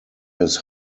his